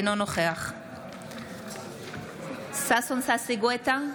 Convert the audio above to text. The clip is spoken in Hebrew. אינו נוכח ששון ששי גואטה,